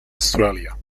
australia